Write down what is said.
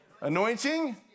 Anointing